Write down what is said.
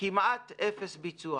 כמעט אפס ביצוע.